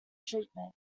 treatment